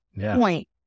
point